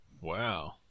Wow